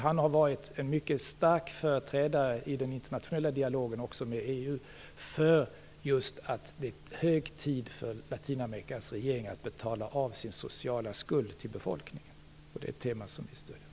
Han har varit en mycket stark företrädare i den internationella dialogen, också med EU, när det gäller att det är hög tid för Latinamerikas regering att betala av sin sociala skuld till befolkningen. Det är ett tema som vi stöder.